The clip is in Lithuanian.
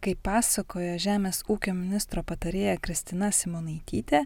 kaip pasakojo žemės ūkio ministro patarėja kristina simonaitytė